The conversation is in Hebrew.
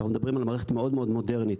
אנחנו מדברים על מערכת מאוד מאוד מודרנית.